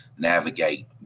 navigate